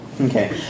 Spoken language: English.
Okay